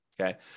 okay